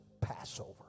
Passover